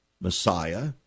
Messiah